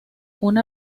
una